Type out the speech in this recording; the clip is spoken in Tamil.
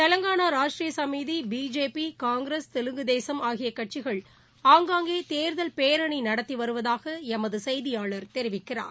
தெலங்கானா ராஷ்ட்ரீய சமீதி பிஜேபி காங்கிரஸ் தெலுங்கு தேசம் ஆகிய கட்சிகள் ஆங்காங்கே தேர்தல் பேரணி நடத்தி வருவதாக எமது செய்தியாளர் தெரிவிக்கிறார்